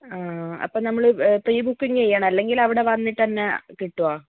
അപ്പോൾ നമ്മൾ പ്രീബുക്കിങ്ങ് ചെയ്യണം അല്ലെങ്കിൽ അവിടെ വന്നിട്ടുതന്നെ കിട്ടുമോ